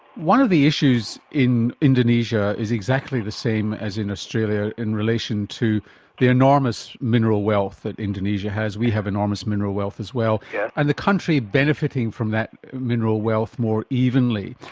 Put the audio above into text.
one of the issues in indonesia is exactly the same as in australia in relation to the enormous mineral wealth that indonesia has we have enormous mineral wealth as well yeah and the country benefitting from that mineral wealth more evenly.